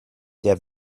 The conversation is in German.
der